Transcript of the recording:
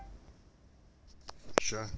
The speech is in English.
sure